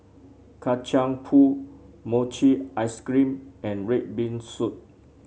Kacang Pool Mochi Ice Cream and red bean soup